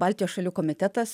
baltijos šalių komitetas